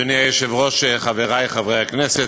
אדוני היושב-ראש, חברי חברי הכנסת,